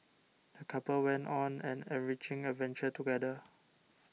the couple went on an enriching adventure together